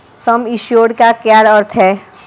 सम assured का क्या अर्थ है?